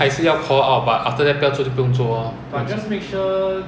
then sixty 的时候我就 start 我的 turn